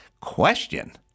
question